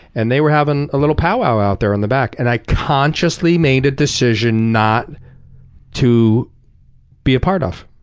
and they were having a little pow wow out there in the back, and i consciously made a decision not to be a part of.